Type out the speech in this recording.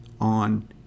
on